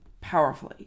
powerfully